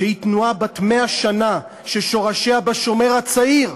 שהיא תנועה בת 100 שנה, ששורשיה ב"שומר הצעיר",